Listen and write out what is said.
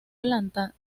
planta